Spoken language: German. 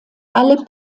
alle